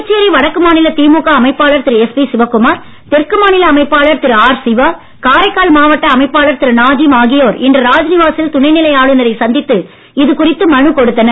புதுச்சேரி வடக்கு மாநில திமுக அமைப்பாளர் திரு எஸ்பி சிவக்குமார் தெற்கு மாநில அமைப்பாளர் திரு ஆர் சிவா காரைக்கால் மாவட்ட அமைப்பாளர் திரு நாஜீம் ஆகியோர் இன்று ராஜ்நிவாசில் துணை நிலை ஆளுநரை சந்தித்து இதுகுறித்து மனு கொடுத்தனர்